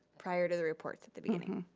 prior to the report at the beginning.